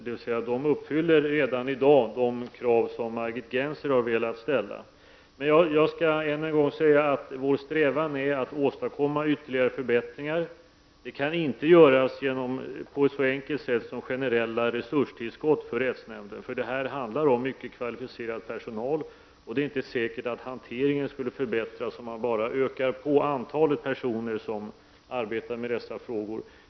Det betyder att man redan i dag uppfyller de krav som Margit Gennser har velat ställa. Men jag vill än en gång säga att vår strävan är att åstadkomma ytterligare förbättringar. Det kan inte göras på så enkelt sätt som genom generella resurstillskott för rättsnämnden. Det handlar här om mycket kvalificerad personal, och det är inte säkert att hanteringen skulle förbättras om man bara ökade på antalet personer som arbetar med dessa frågor.